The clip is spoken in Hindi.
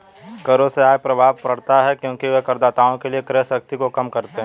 करों से आय प्रभाव पड़ता है क्योंकि वे करदाताओं के लिए क्रय शक्ति को कम करते हैं